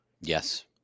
Yes